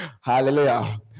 Hallelujah